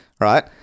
right